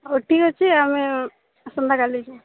ହଉ ଠିକ୍ ଅଛି ଆମେ ଆସନ୍ତା କାଲି ଯିବୁ